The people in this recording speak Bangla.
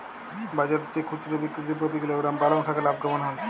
বাজারের চেয়ে খুচরো বিক্রিতে প্রতি কিলোগ্রাম পালং শাকে লাভ কেমন হয়?